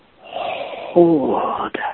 Hold